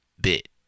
bit